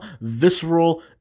visceral